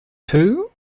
two